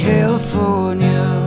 California